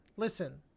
Listen